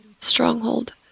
stronghold